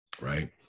right